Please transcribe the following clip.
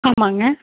ஆமாம்ங்க